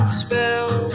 spell